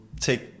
take